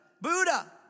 Buddha